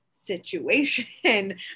situation